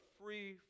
free